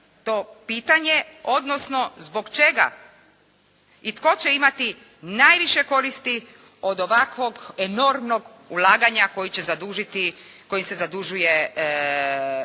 to pitanje, odnosno zbog čega i tko će imati najviše koristi od ovakvog enormnog ulaganja koji će zadužiti, koji